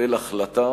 לקבל החלטה